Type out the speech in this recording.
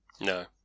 No